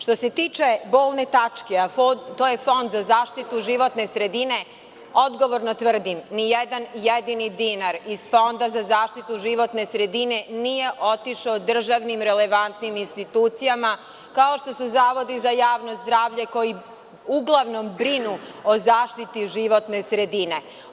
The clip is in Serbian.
Što se tiče bolne tačke, a to je Fond za zaštitu životne sredine, odgovorno tvrdim nijedan jedini dinar iz Fonda za zaštitu životne sredine nije otišao državnim relevantnim institucijama kao što su zavodi za javno zdravlje koji uglavnom brinu o zaštiti životne sredine.